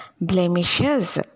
blemishes